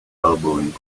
elbowing